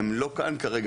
הן לא כאן כרגע.